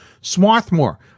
Swarthmore